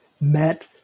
met